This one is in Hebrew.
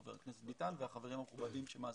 חבר הכנסת ביטן והחברים המכובדים שמאזינים.